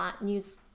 news